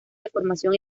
deformación